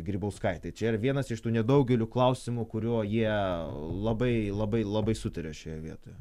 grybauskaitei čia yra vienas iš tų nedaugeliu klausimų kuruo jie labai labai labai sutaria šioje vietoje